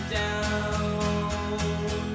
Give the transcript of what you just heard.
down